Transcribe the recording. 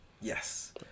Yes